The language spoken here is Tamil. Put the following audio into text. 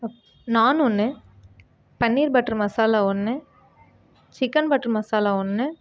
நான் ஒன்று பன்னீர் பட்டர் மசாலா ஒன்று சிக்கென் பட்டர் மசாலா ஒன்று